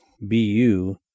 BU